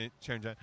change